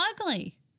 ugly